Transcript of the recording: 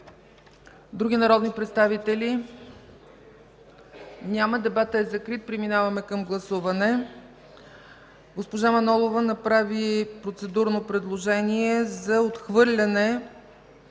Други народни представители? Няма. Дебатът е закрит. Преминаваме към гласуване. Госпожа Манолова направи процедурно предложение за отхвърляне